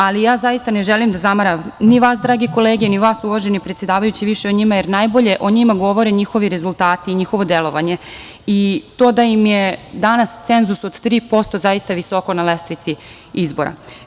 Ali, ja zaista ne želim da zamaram ni vas, drage kolege, ni vas, uvaženi predsedavajući, više o njima, jer najbolje o njima govore njihovi rezultati i njihovo delovanje i to da im je danas cenzus od 3% zaista visoko na lestvici izbora.